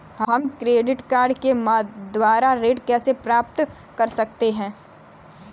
हम credit card के द्वारा ऋण कैसे प्राप्त कर सकते हैं?